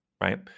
Right